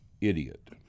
idiot